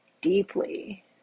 deeply